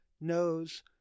knows